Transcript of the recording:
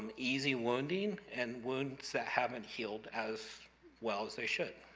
and easy wounding and wounds that haven't healed as well as they should.